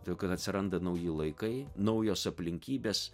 todėl kad atsiranda nauji laikai naujos aplinkybės